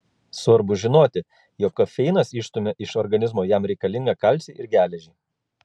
svarbu žinoti jog kofeinas išstumia iš organizmo jam reikalingą kalcį ir geležį